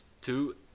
two